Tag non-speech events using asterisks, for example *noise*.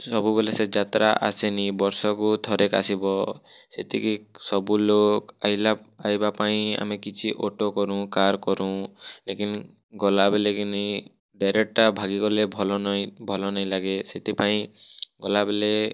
ସବୁବେଲେ ସେ ଯାତ୍ରା ଆସେନି ବର୍ଷକୁ ଥରେକା ଆସିବ ସେଠିକି ସବୁ ଲୋକ ଆଇଲା ଆଇବା ପାଇଁ ଆମେ କିଛି ଅଟୋ କରୁଁ କାର୍ କରୁଁ ଲେକିନ ଗଲାବେଲେକେନି *unintelligible* ଭଲ ନାଇଁ ଭଲ ନାଇଁ ଲାଗେ ସେଥିପାଇଁ ଗଲାବେଳେ